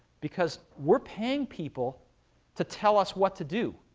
because we're paying people to tell us what to do.